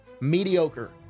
Mediocre